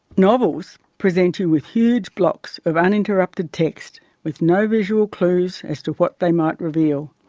novels present you with huge blocks of uninterrupted text with no visual clues as to what they might reveal,